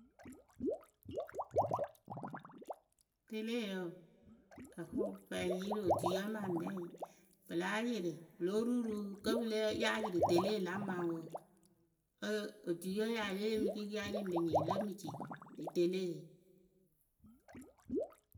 Teleyǝ wǝǝ pɨ láa yɩrɩ wɨ lóo ru rɨ kǝ́ pɨ lǝǝ yáa yɩrɩ tele la ŋ maŋ wǝ kǝ otuie yaa yee yeemɨ kɩɩkɩ a nyɨŋ mɨ nyɩŋ yɨ le mɨ ci rɨ tele.